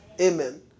Amen